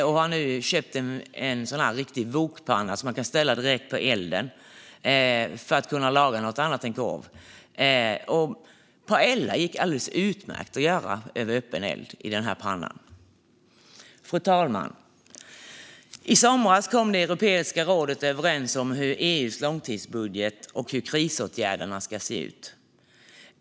Nu har jag köpt en riktig wokpanna som man kan ställa direkt på elden för att laga annat än korv. Paella gick alldeles utmärkt att göra över öppen eld i den pannan. Fru talman! I somras kom Europeiska rådet överens om hur EU:s långtidsbudget och krisåtgärder ska se ut.